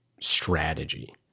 strategy